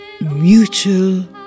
mutual